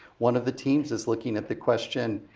one of the teams is looking at the question.